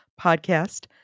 Podcast